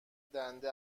دنده